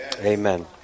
Amen